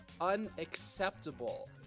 unacceptable